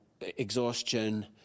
exhaustion